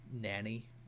nanny